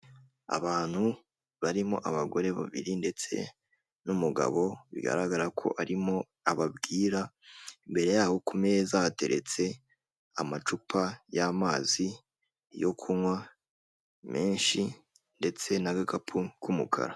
Abantu barimo abagore babiri ndetse n'umugabo bigaragara ko arimo ababwira, imbere yabo ku meza hateretse amacupa y'amazi yo kunywa menshi ndetse n'agakapu k'umukara.